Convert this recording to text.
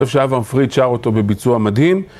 אני חושב שאברהם פריד שר אותו בביצוע מדהים